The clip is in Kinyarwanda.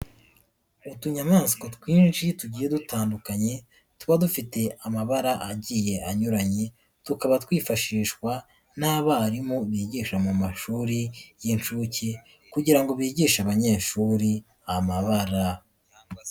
Utunyamaswa twinshi tugiye dutandukanye, tuba dufite amabara agiye anyuranye, tukaba twifashishwa n'abarimu bigisha mu mashuri y'inshuke kugira ngo bigishe abanyeshuri amabara.